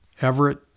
Everett